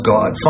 God